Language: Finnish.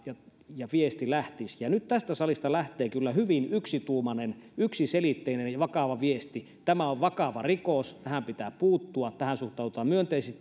ja viesti lähtisi nyt tästä salista lähtee kyllä hyvin yksituumainen yksiselitteinen ja vakava viesti tämä on vakava rikos tähän pitää puuttua tähän kansalaisaloitteeseen suhtaudutaan myönteisesti